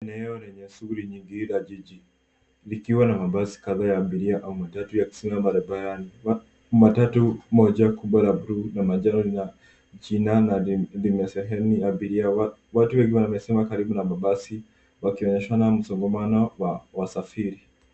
Eneo lenye shughuli nyingi za jiji likiwa na mabasi kadhaa ya abiria au matatu yakisimama barabarani. Matatu moja kubwa la bluu na manjano lina jina na lina sehemu ya abiria. Watu wengi wamesimama karibu na mabasi wakionyeshana msongamano wa wasafiri.